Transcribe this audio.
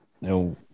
No